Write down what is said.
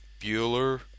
Bueller